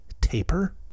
taper